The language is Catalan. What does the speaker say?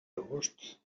agost